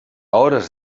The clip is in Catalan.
hores